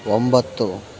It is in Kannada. ಒಂಬತ್ತು